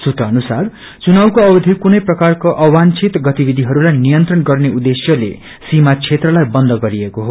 सूत्र अनुसार चुनावको अवधि कुनै प्रकारको अवन्छित गतिविधिहरूलाई नियंत्रण गत्ने उद्देश्यले सीमा क्षेत्रलाई बन्द गरिएको हो